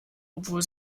obwohl